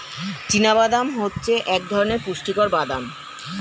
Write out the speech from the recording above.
চীনা বাদাম হচ্ছে এক ধরণের পুষ্টিকর বাদাম